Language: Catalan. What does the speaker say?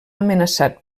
amenaçat